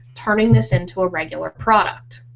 turning this into a regular product.